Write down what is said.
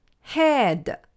head